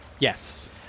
yes